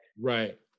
right